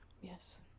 Yes